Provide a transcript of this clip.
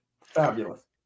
Fabulous